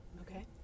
Okay